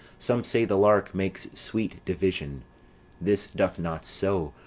some say the lark makes sweet division this doth not so,